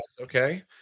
Okay